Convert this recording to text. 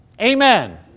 Amen